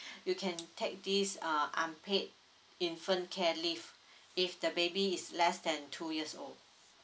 you can take this uh unpaid infant care leave if the baby is less than two years old